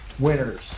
winners